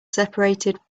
separated